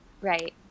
right